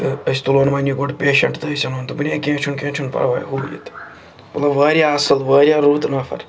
تہٕ أسۍ تُلہُن وۄنۍ یہِ گۄڈٕ پیشَنٹ تہٕ أسۍ اَنہُون دوٚپُن ہے کیٚنٛہہ چھُنہٕ کیٚنٛہہ چھُنہٕ پرواے ہُہ یہِ تہِ مطلب وارِیاہ اَصٕل وارِیاہ رُت نَفَر